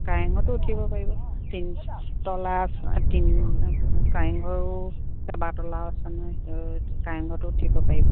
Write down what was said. কাৰেংঘৰটো উঠিব পাৰিব তিনি তলা আ তিনি কাৰেংঘৰো কেইবা তলাও আছে নহয় স কাৰেংঘৰটো উঠিব পাৰিব